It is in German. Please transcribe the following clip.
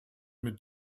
mit